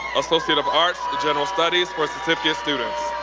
associate of arts, general studies for certificate students.